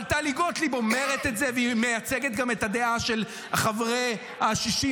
אבל טלי גוטליב אומרת את זה והיא גם מייצגת את הדעה של חברי ה-64,